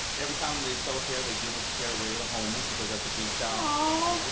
every time they sell a pair, they give a pair away to the homeless because that's a big challenge